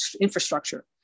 infrastructure